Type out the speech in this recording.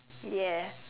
yes